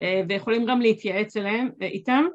‫ויכולים גם להתייעץ אליהם.. אה.. איתם.